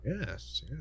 Yes